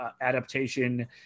adaptation